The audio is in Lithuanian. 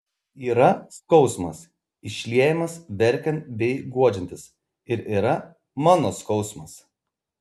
yra skausmas išliejamas verkiant bei guodžiantis ir yra mano skausmas